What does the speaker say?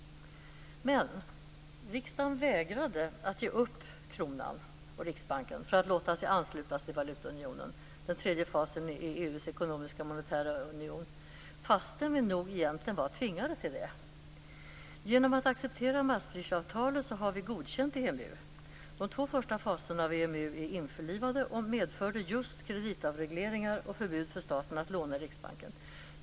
Riksdagen vägrade emellertid att ge upp kronan och Riksbanken för att låta sig anslutas till valutaunionen, den tredje fasen i EU:s ekonomiska och monetära union, fastän vi nog egentligen var tvingade till det. Genom att acceptera Maastrichtfördraget har vi godkänt EMU. De två första faserna av EMU är införlivade och medförde just kreditavregleringar och förbud för staten att låna i Riksbanken.